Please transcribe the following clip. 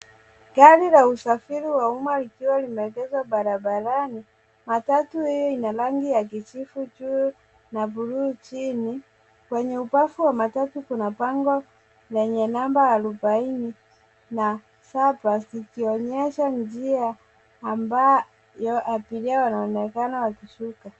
Gari la usafiri wa umma likiwa limeegezwa barabarani matatu hio ina rangingi ya kijivu juu na buluu chini, kwenye ubafu wa matatu kuna bango llenye namba arobaini na saba ikionyesha njia ambayo abiria wanaonekana wakishuka.